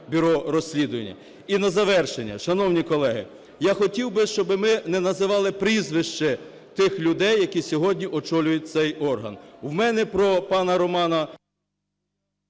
бюро розслідувань. І на завершення. Шановні колеги, я хотів би, щоби ми не називали прізвища тих людей, які сьогодні очолюють цей орган. В мене про пана Романа